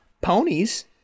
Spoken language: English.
ponies